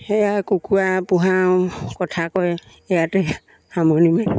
সেয়াই কুকুৰা পোহা কথা কয় ইয়াতে সামৰণি মাৰিলোঁ